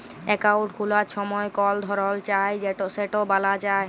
account খুলার ছময় call ধরল চায় সেট ব্যলা যায়